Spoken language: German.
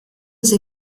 sie